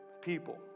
people